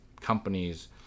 companies